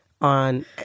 on